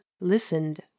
listened